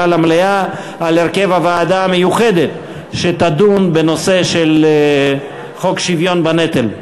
למליאה על הרכב הוועדה המיוחדת שתדון בנושא של חוק שוויון בנטל.